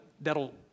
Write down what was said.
that'll